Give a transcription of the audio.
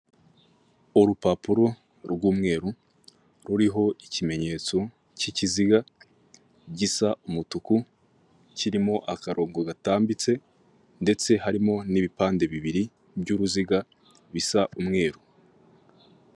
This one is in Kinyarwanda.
Urupapuro rw'umweru ruriho ikimenyetso cy'ikiziga gisa umutuku, kirimo akarongo gatambitse, ndetse harimo n'ibipande bibiri by'uruziga bisa umweru.